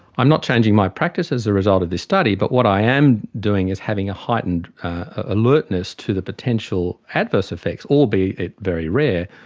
i'm not changing my practice as a result of this study but what i am doing is having a heightened alertness to the potential adverse effects, albeit very rare,